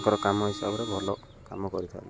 ତାଙ୍କର କାମ ହିସାବରେ ଭଲ କାମ କରିଥାନ୍ତି